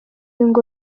ngo